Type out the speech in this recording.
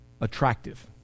attractive